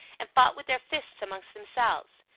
and fought with their fists amongst themselves.